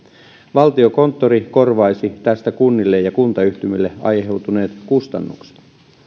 valtiokonttori korvaisi tästä kunnille ja kuntayhtymille aiheutuneet kustannukset